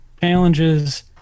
Challenges